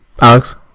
Alex